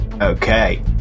Okay